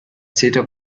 täter